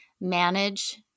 manage